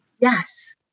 Yes